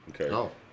Okay